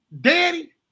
daddy